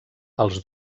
els